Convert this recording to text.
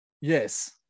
yes